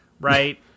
right